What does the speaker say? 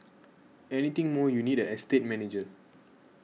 anything more you'd need an estate manager